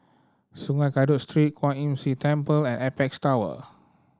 Sungei Kadut Street Kwan Imm See Temple and Apex Tower